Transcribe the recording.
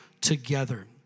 together